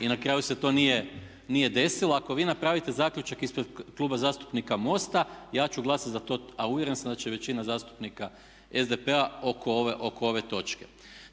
i na kraju se to nije desilo. Ako vi napravite zaključak ispred Kluba zastupnika MOST-a, ja ću glasati za to a uvjeren sam da će i većina zastupnika SDP-a oko ove točke.